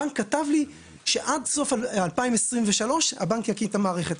הבנק כתבלי שעד סוף 2023 הבנק יקים את המערכת.